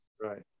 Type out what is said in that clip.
Right